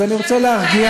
את מפריעה.